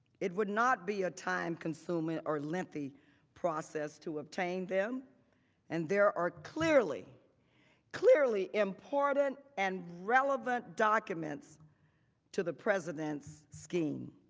it would not be a time consuming or lengthy process to obtain them and they are clearly clearly important and relevant documents to the presidents scheme.